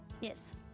Yes